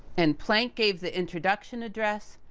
and, planck gave the introduction address,